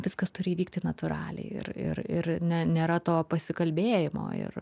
viskas turi įvykti natūraliai ir ir ir ne nėra to pasikalbėjimo ir